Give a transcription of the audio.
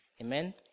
Amen